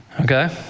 Okay